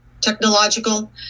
technological